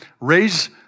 raise